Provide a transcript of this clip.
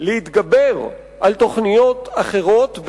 להתגבר על תוכניות אחרות,